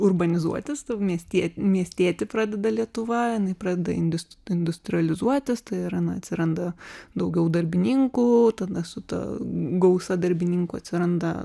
urbanizuotis miestie miestieti pradeda lietuva jinai pradeda indus industrializuotis tai yra na atsiranda daugiau darbininkų tenai su ta gausa darbininkų atsiranda